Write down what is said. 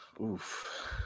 Oof